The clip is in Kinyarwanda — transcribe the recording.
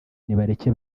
nibareke